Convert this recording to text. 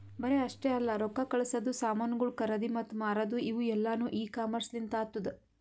ಬರೇ ಅಷ್ಟೆ ಅಲ್ಲಾ ರೊಕ್ಕಾ ಕಳಸದು, ಸಾಮನುಗೊಳ್ ಖರದಿ ಮತ್ತ ಮಾರದು ಇವು ಎಲ್ಲಾನು ಇ ಕಾಮರ್ಸ್ ಲಿಂತ್ ಆತ್ತುದ